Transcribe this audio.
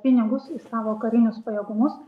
pinigus į savo karinius pajėgumus